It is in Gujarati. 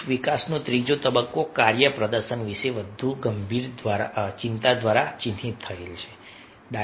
જૂથ વિકાસનો ત્રીજો તબક્કો કાર્ય પ્રદર્શન વિશે વધુ ગંભીર ચિંતા દ્વારા ચિહ્નિત થયેલ છે